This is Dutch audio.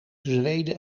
zweden